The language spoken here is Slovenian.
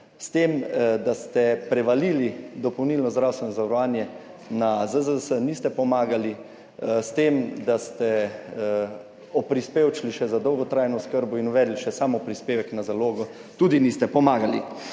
S tem da ste prevalili dopolnilno zdravstveno zavarovanje na ZZZS, niste pomagali, s tem, da ste oprispevčili še za dolgotrajno oskrbo in uvedli še samoprispevek na zalogo, tudi niste pomagali.